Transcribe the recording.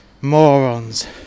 morons